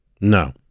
No